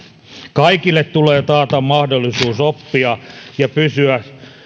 kaikille tulee taata mahdollisuus oppia ja pysyä